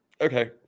okay